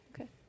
Okay